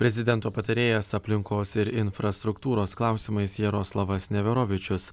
prezidento patarėjas aplinkos ir infrastruktūros klausimais jaroslavas neverovičius